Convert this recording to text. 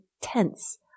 tense